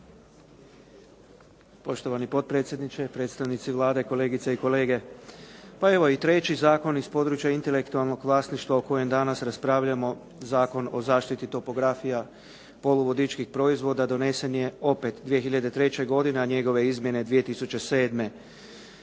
Poštovani potpredsjedniče, predstavnici Vlade, kolegice i kolege. Pa evo i treći zakon iz područja intelektualnog vlasništva o kojem danas raspravljamo Zakon o zaštiti topografija poluvodičkih proizvoda donesen je opet 2003. godine, a njegove izmjene 2007.